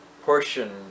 portion